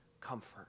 comfort